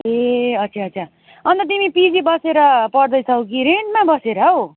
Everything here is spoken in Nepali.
ए अच्छा अच्छा अन्त तिमी पिजी बसेर पढ्दैछौ कि रेन्टमा बसेर हौ